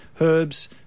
herbs